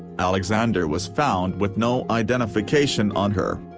alexander was found with no identification on her.